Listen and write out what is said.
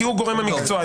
כי הוא גורם המקצוע,